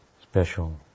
special